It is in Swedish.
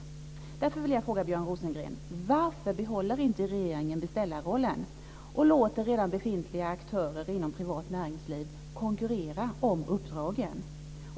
Därför vill jag för det första fråga Björn Rosengren: Varför behåller inte regeringen beställarrollen och låter redan befintliga aktörer inom privat näringsliv konkurrera om uppdragen?